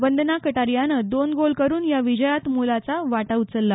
वंदना कटारियानं दोन गोल करून या विजयात मोलाचा वाटा उचलला